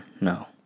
No